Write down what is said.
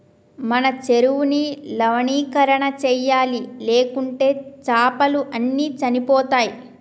మన చెరువుని లవణీకరణ చేయాలి, లేకుంటే చాపలు అన్ని చనిపోతయ్